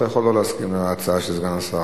אתה יכול לא להסכים עם סגן השר.